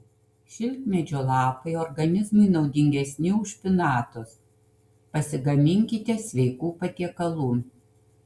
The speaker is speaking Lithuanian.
šilkmedžio lapai organizmui naudingesni už špinatus pasigaminkite sveikų patiekalų